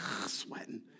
sweating